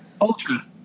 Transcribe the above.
Ultra